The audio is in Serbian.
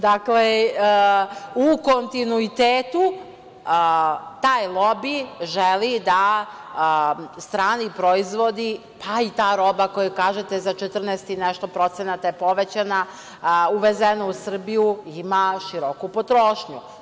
Dakle, u kontinuitetu taj lobi želi da strani proizvodi, pa i ta roba za koju kažete da je povećana za 14 i nešto procenata, uvezena u Srbiju, ima široku potrošnju.